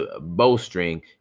bowstring